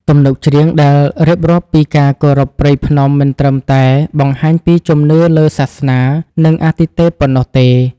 ទំនុកច្រៀងដែលរៀបរាប់ពីការគោរពព្រៃភ្នំ មិនត្រឹមតែបង្ហាញពីជំនឿលើសាសនា និងអាទិទេពប៉ុណ្ណោះទេ។